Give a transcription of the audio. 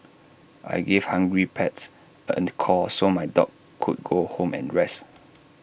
I gave hungry pets A call so my dog could go home and rest